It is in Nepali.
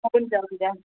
हुन्छ हुन्छ